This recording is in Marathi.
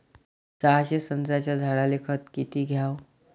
सहाशे संत्र्याच्या झाडायले खत किती घ्याव?